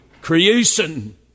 creation